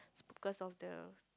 is because of the